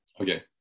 okay